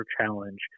challenge